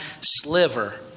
sliver